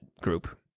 group